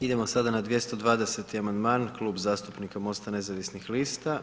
Idemo sada na 220. amandman Klub zastupnika Mosta nezavisnih lista.